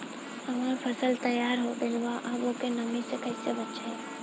हमार फसल तैयार हो गएल बा अब ओके नमी से कइसे बचाई?